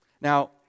Now